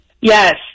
Yes